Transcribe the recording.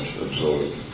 absorbed